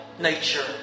nature